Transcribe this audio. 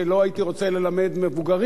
שלא הייתי רוצה שילמדו בכלל,